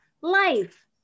Life